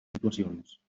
situacions